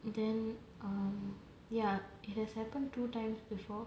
and then um ya it has happen two times before